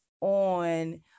on